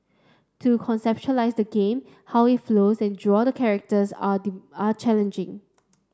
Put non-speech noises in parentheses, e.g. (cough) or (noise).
to conceptualize the game how it flows and draw the characters are (unintelligible) are challenging